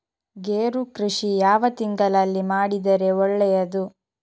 ಗೇರು ಕೃಷಿ ಯಾವ ತಿಂಗಳಲ್ಲಿ ಮಾಡಿದರೆ ಒಳ್ಳೆಯದು?